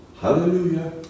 Hallelujah